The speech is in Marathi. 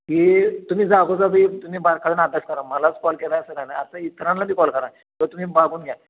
की तुम्ही जागोजागी तुम्ही बारकाव्यानं अभ्यास करा मलाच कॉल केला आहे असं काही नाही आता इतरांना बी कॉल करा किंवा तुम्ही मागून घ्या